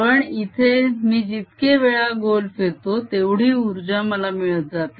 पण इथे मी जितके वेळा गोल फिरतो तेवढी उर्जा मला मिळत जाते